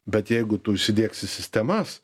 bet jeigu tu įsidiegsi sistemas